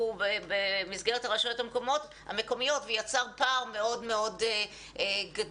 במסגרת הרשויות המקומיות ויצר פער מאוד מאוד גדול.